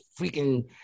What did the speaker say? freaking